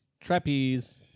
trapeze